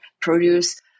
produce